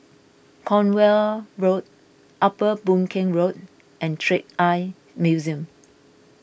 Cornwall Road Upper Boon Keng Road and Trick Eye Museum